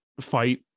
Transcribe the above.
fight